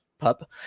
pup